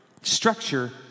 structure